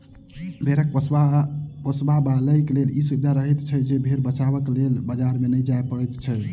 भेंड़ पोसयबलाक लेल ई सुविधा रहैत छै जे भेंड़ बेचबाक लेल बाजार नै जाय पड़ैत छै